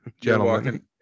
gentlemen